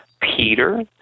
Peter